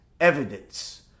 evidence